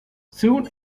soon